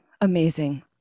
Amazing